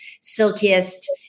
silkiest